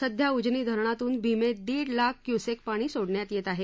सध्या उजनी धरणातून भीमेत दीड लाख क्सुसेक पाणी सोडण्यात येत आहे